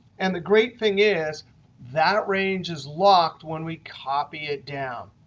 and the great thing is that range is locked when we copy it down,